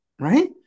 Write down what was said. right